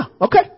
Okay